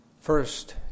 First